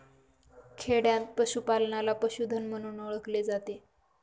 खेडयांत पशूपालनाला पशुधन म्हणून ओळखले जाते